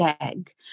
egg